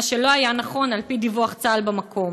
מה שלא היה נכון על פי דיווח צה"ל במקום.